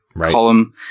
column